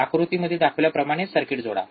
आकृतीमध्ये दाखवल्याप्रमाणेच सारखे सर्किट जोडा